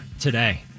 today